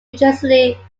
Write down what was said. essentially